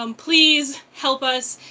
um please help us.